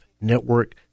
network